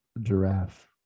giraffe